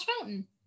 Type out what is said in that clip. Mountain